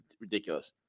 ridiculous